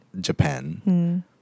Japan